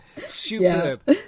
Superb